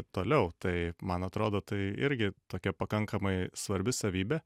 toliau tai man atrodo tai irgi tokia pakankamai svarbi savybė